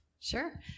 Sure